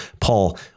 Paul